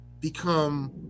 become